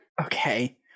Okay